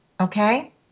Okay